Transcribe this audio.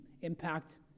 impact